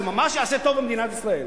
זה ממש יעשה טוב למדינת ישראל.